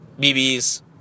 BBs